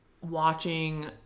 watching